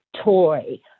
toy